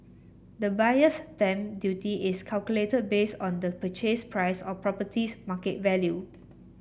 the Buyer's Stamp Duty is calculated based on the purchase price or property's market value